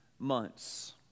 months